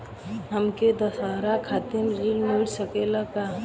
हमके दशहारा खातिर ऋण मिल सकेला का?